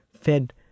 fed